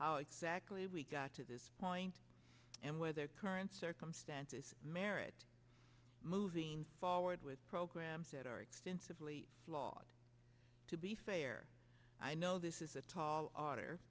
how exactly we got to this point and whether current circumstances merit moving forward with programs that are extensively flawed to be fair i know this is a tall order